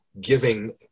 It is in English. giving